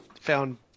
found